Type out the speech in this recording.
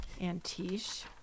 Antiche